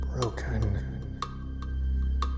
Broken